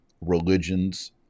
religions